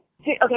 okay